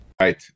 right